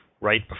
right